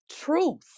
truth